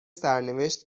سرنوشت